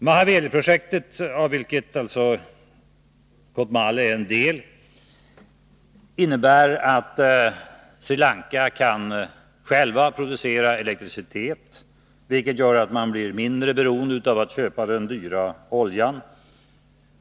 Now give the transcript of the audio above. Mahaweliprojektet, av vilket alltså Kotmale är en del, innebär att Sri Lanka självt skall producera elektricitet, vilket gör att man blir mindre beroende av att köpa den dyra oljan.